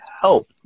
help